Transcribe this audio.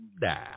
down